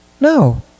No